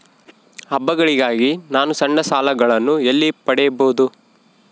ಹಬ್ಬಗಳಿಗಾಗಿ ನಾನು ಸಣ್ಣ ಸಾಲಗಳನ್ನು ಎಲ್ಲಿ ಪಡಿಬಹುದು?